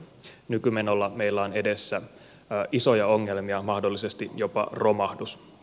nykymenolla meillä on edessä isoja ongelmia mahdollisesti jopa romahdus